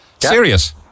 Serious